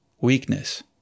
weakness